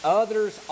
others